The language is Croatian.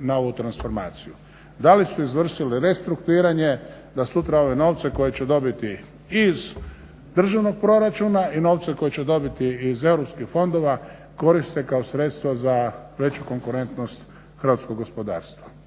na ovu transformaciju, da li su izvrši restrukturiranje, da sutra ove novce koje će dobiti i iz državnog proračuna i novca koje će dobiti iz europskih fondova koriste kao sredstva za veću konkurentnost hrvatskog gospodarstva.